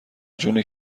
جون